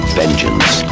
vengeance